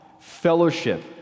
fellowship